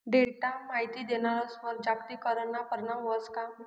Data माहिती देणारस्वर जागतिकीकरणना परीणाम व्हस का?